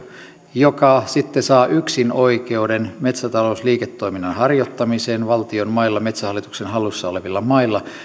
joka sitten saa yksinoikeuden metsätalousliiketoiminnan harjoittamiseen valtion mailla metsähallituksen hallussa olevilla mailla